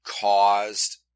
caused